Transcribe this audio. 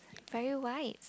very white